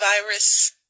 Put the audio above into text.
virus